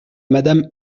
madame